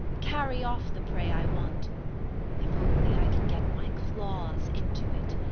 carry off the prey i want if only i can get my claws into it,